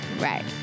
right